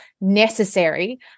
necessary